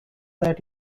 that